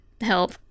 help